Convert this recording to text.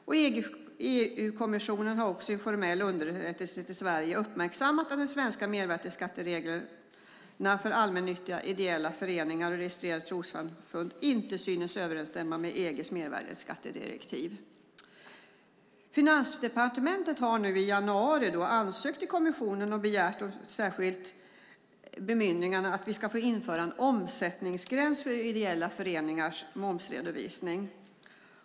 EU-kommissionen har också i en formell underrättelse till Sverige uppmärksammat att de svenska mervärdesskattereglerna för allmännyttiga ideella föreningar och registrerade trossamfund inte synes överensstämma med EG:s mervärdesskattedirektiv. Finansdepartementet har nu i januari hos kommissionen ansökt om ett särskilt bemyndigande om att införa en omsättningsgräns för ideella föreningars momsredovisning.